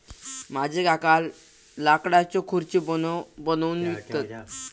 माझे काका लाकडाच्यो खुर्ची बनवून विकतत